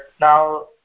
now